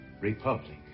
Republic